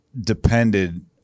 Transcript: depended